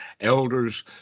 elders